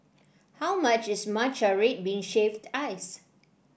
how much is Matcha Red Bean Shaved Ice